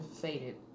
faded